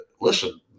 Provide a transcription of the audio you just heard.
listen